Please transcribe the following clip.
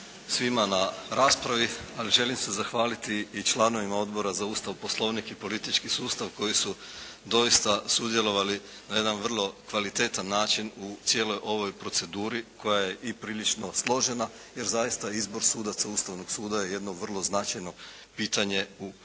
svima na raspraviti. Ali želim se zahvaliti i članovima Odbora za Ustav, Poslovnik i politički sustav koji su doista sudjelovali na jedan vrlo kvalitetan način u cijeloj ovoj proceduri koja je i prilično složena. Jer zaista izbor sudaca Ustavnog suda je jedno vrlo značajno pitanje u našem